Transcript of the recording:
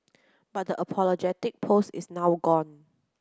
but the apologetic post is now gone